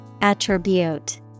Attribute